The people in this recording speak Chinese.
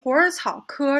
虎耳草科